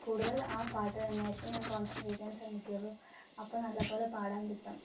കൂടുതല് ആ പാട്ട് തന്നെ ആയിരിക്കും ഞാന് കോണ്സെന്ട്രേറ്റ് ചെയ്യാന് ശ്രമിക്കുകയുള്ളൂ അപ്പം നല്ലപോലെ പാടാന് കിട്ടും